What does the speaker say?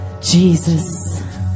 Jesus